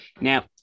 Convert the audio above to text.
now